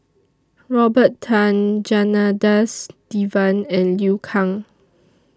Robert Tan Janadas Devan and Liu Kang